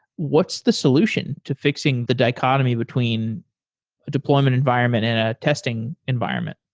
what's the solution to fixing the dichotomy between a deployment environment and a testing environment?